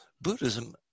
Buddhism